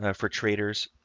ah for traders.